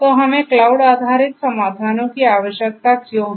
तो हमें क्लाउड आधारित समाधानों की आवश्यकता क्यों है